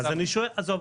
עזוב.